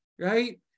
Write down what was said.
right